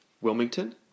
Wilmington